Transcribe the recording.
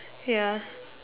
ya